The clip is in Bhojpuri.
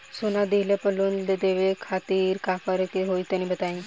सोना दिहले पर लोन लेवे खातिर का करे क होई तनि बताई?